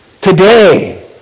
today